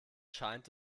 scheint